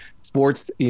sports